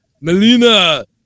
Melina